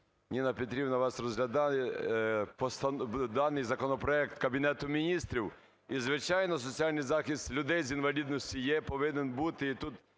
Ніна Петрівна, вас розглядає… даний законопроект Кабінету Міністрів. І, звичайно, соціальний захист людей з інвалідністю є і повинен бути,